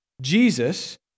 Jesus